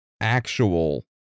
actual